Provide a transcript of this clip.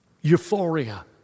euphoria